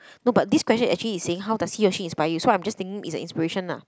no but this question actually is saying how does he or she inspire you so I'm just thinking is an inspiration lah